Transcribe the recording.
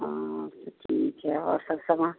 हाँ तो ठीक है और सब सामान